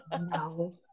No